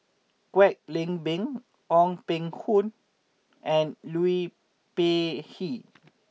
Kwek Leng Beng Ong Peng Hock and Liu Peihe